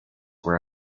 were